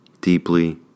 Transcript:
deeply